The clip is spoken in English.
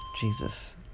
Jesus